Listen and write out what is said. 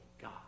God